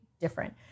different